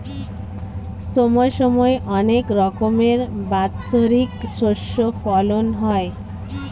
সময় সময় অনেক রকমের বাৎসরিক শস্য ফলন হয়